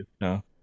No